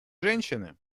женщины